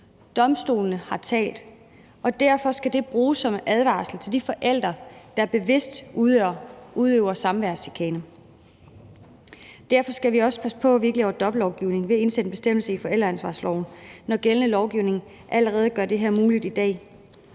Domstolene har talt, og derfor skal det bruges som en advarsel til de forældre, der bevidst udøver samværschikane. Derfor skal vi også passe på, at vi ikke laver dobbeltlovgivning ved at indsætte en bestemmelse i forældreansvarsloven, når gældende lovgivning allerede gør det her muligt i dag.